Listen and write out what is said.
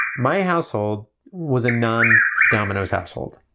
my household was a non domino's household